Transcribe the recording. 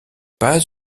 pas